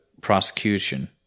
prosecution